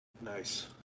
nice